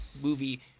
movie